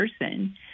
person